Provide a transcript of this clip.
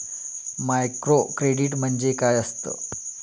Microcredit म्हणजे काय असतं?